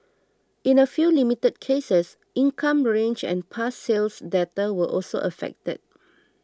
in a few limited cases income range and past sales data were also affected